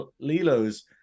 lilo's